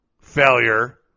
failure